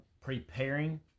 preparing